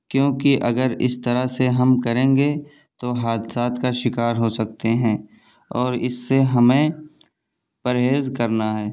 کیونکہ اگر اس طرح سے ہم کریں گے تو حادثات کا شکار ہو سکتے ہیں اور اس سے ہمیں پرہیز کرنا ہے